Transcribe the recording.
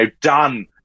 done